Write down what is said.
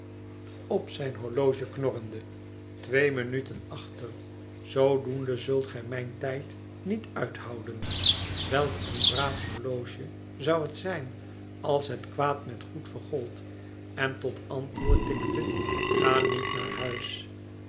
op zijn horloge knorrende twee minuten achter zoodoende zult ge mijn tijd niet uithouden welk een braaf horloge zou het zijn als het kwaad met goed vergold en tot antwoord tikte ga niet naar huis